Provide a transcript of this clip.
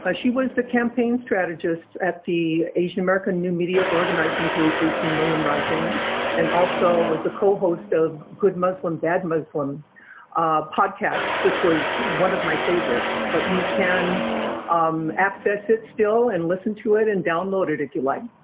ah she was the campaign strategist at the asian american new media organizing group eighteen million rising and also was the co-host of good musli, bad muslim' podcast which was one of my favorites, but you can access it still and listen to it and download it if you like.